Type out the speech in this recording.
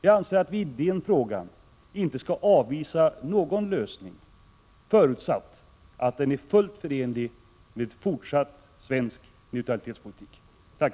I den frågan anser jag att vi inte skall avvisa någon lösning, förutsatt att den är fullt förenlig med fortsatt svensk neutralitetspolitik.